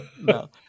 no